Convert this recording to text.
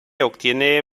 obtiene